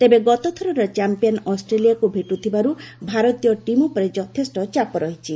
ତେବେ ଗତଥରର ଚାମ୍ପିୟନ୍ ଅଷ୍ଟ୍ରେଲିଆକୁ ଭେଟୁଥିବାରୁ ଭାରତୀୟ ଟିମ୍ ଉପରେ ଯଥେଷ୍ଟ ଚାପ ରହିଛି